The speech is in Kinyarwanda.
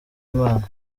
imana